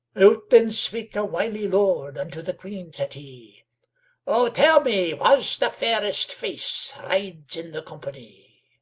out then spake a wily lord, unto the queen said he o tell me wha's the fairest face rides in the company?